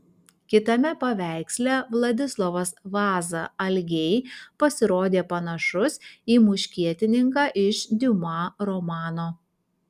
kitame paveiksle vladislovas vaza algei pasirodė panašus į muškietininką iš diuma romano